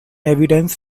evidence